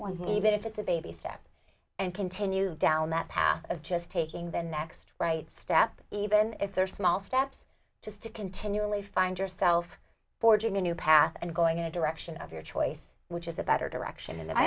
he even if it's a baby step and continue down that path of just taking the next right step even if there are small steps just to continually find yourself forging a new path and going in a direction of your choice which is a better direction and i